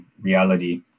reality